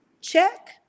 Check